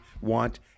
want